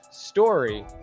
Story